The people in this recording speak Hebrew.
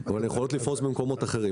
אבל הן יכולות לפרוס במקומות אחרים.